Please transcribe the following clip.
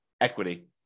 equity